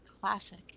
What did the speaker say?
Classic